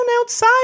outside